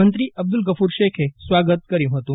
મંત્રી અબ્દલ ગફર શેખે સ્વાગત કર્યુ હતું